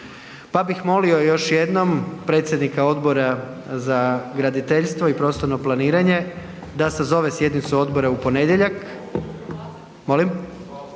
pa bih molio još jednom predsjednika Odbora za graditeljstvo i prostorno planiranje da sazove sjednicu odbora u ponedjeljak. …